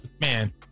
man